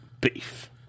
Beef